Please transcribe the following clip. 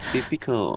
Typical